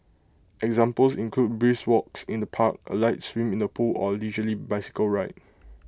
examples include brisk walks in the park A light swim in the pool or A leisurely bicycle ride